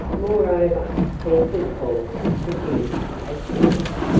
moreover their footfalls produced a sound,